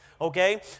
Okay